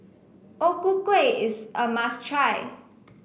O Ku Kueh is a must try